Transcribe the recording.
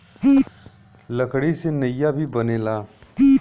लकड़ी से नईया भी बनेला